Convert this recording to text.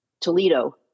Toledo